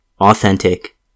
authentic